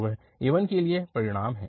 तो वह a1के लिए परिणाम है